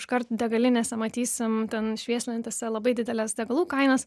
iškart degalinėse matysim ten švieslentėse labai dideles degalų kainas